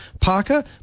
Parker